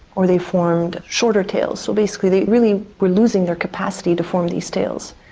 or they formed shorter tails. so basically they really were losing their capacity to form these tails.